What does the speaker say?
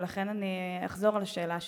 ולכן אני אחזור על השאלה שלי.